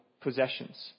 possessions